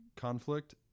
conflict